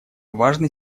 важный